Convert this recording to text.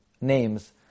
names